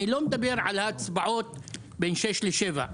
אני לא מדבר על ההצבעות בין 6:00 ל-7:00.